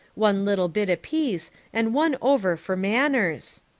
one little bit apiece and one over for manners.